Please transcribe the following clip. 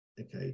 okay